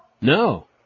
No